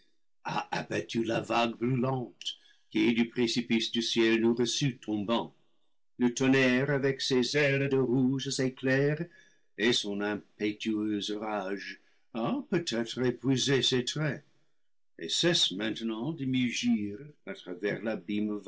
a abattu la va gue brûlante qui du précipice du ciel nous reçut tombants le tonnerre avec ses ailes de rouges éclairs et son impétueuse rage a peut-être épuisé ses traits et cesse maintenant demu gir à travers